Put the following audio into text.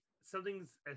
something's